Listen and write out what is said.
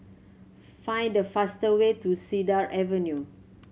find the fast way to Cedar Avenue